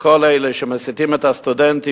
שכל אלה שמסיתים את הסטודנטים,